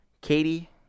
Katie